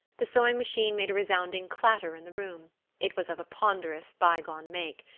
the sewing-machine made a resounding clatter in the room it was of a ponderous, by-gone make.